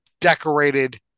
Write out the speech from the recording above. decorated